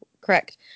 correct